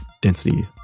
density